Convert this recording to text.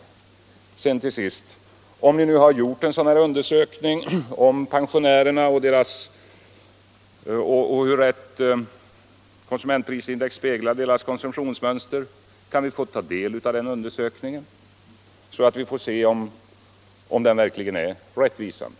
Till sist: Om ni har gjort en undersökning om pensionärernas situation och i vad mån konsumentprisindex speglar deras konsumtionsmönster, kan vi i så fall få ta del av den undersökningen så att vi får se om den verkligen är rättvisande?